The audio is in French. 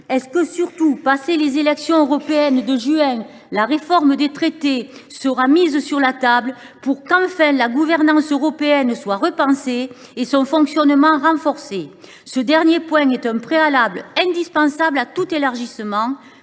dans la région ? Après les élections européennes de juin, la réforme des traités sera t elle mise sur la table pour qu’enfin la gouvernance européenne soit repensée et son fonctionnement renforcé ? Ce dernier point est un préalable indispensable à tout élargissement.